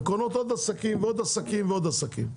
קונות עוד עסקים ועוד עסקים ועוד עסקים.